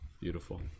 beautiful